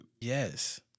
Yes